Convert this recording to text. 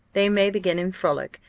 they may begin in frolic,